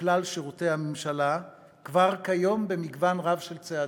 ובכלל שירותי הממשלה במגוון רב של צעדים.